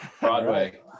Broadway